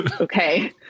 okay